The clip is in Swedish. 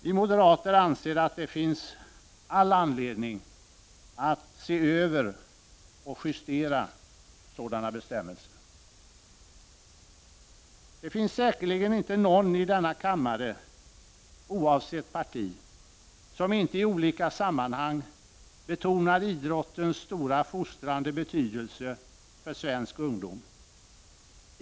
Vi moderater anser att det finns all anledning att se över och justera sådana bestämmelser. Det finns säkerligen inte någon i denna kammare — oavsett parti — som inte i olika sammanhang betonar idrottens stora fostrande betydelse för svensk ungdom.